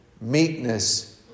meekness